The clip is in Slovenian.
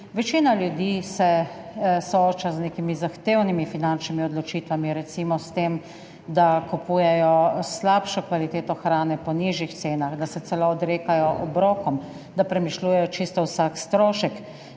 Večina ljudi se sooča z nekimi zahtevnimi finančnimi odločitvami, recimo s tem, da kupujejo slabšo kvaliteto hrane po nižjih cenah, da se celo odrekajo obrokom, da premišljujejo čisto o vsakem strošku.